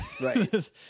Right